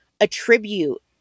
attribute